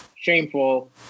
Shameful